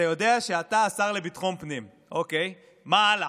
אתה יודע שאתה השר לביטחון פנים, אוקיי, מה הלאה?